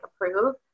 approve